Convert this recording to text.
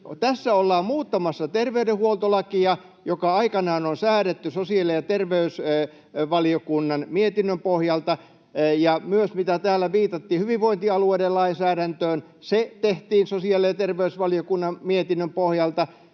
Tässä ollaan muuttamassa terveydenhuoltolakia, joka aikanaan on säädetty sosiaali- ja terveysvaliokunnan mietinnön pohjalta. Ja täällä viitattiin hyvinvointialueiden lainsäädäntöön, myös se tehtiin sosiaali- ja terveysvaliokunnan mietinnön pohjalta.